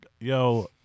yo